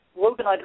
Logan